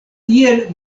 tiel